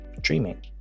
dreaming